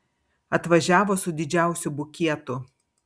atvažiavo su didžiausiu bukietu